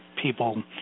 people